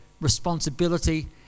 responsibility